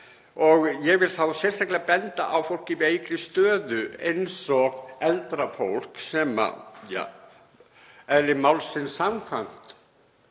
Ég vil þá sérstaklega benda á fólk í veikri stöðu eins og eldra fólk sem eðli málsins samkvæmt